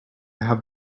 have